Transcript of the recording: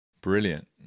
Brilliant